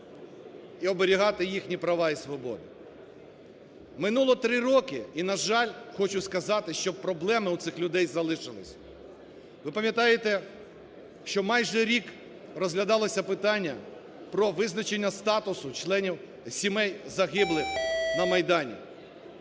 і оберігати їхні права і свободи. Минуло три роки і, на жаль, хочу сказати, що проблеми у цих людей залишились. Ви пам’ятаєте, що майже рік розглядалося питання про визначення статусу членів сімей загиблих на Майдані.